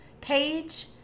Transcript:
page